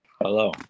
Hello